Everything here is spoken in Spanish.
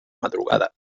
madrugada